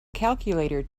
calculator